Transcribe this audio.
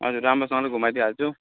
हजुर राम्रोसँगले घुमाइदिहाल्छु